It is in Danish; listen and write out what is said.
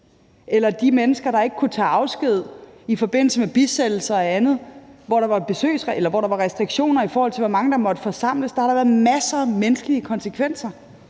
for de mennesker, der ikke kunne tage afsked i forbindelse med bisættelser og andet, hvor der var restriktioner, i forhold til hvor mange der måtte forsamles. Der har da været masser af menneskelige konsekvenser.